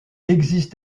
existe